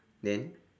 then